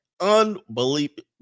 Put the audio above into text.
Unbelievable